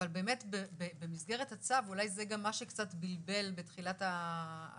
אבל באמת במסגרת הצו אולי זה גם מה שקצת בלבל בתחילת הישיבה,